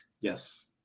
Yes